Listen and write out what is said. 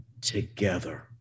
together